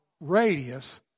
radius